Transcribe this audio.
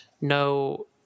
no